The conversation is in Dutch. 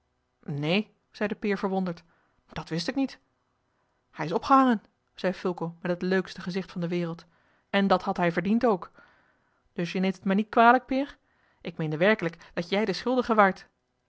neen zeide peer verwonderd dat wist ik niet hij is opgehangen zei fulco met het leukste gezicht van de wereld en dat had hij verdiend ook dus je neemt het mij niet kwalijk peer ik meende werkelijk dat jij de schuldige waart